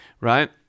right